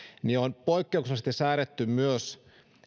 on poikkeuksellisesti säädetty myös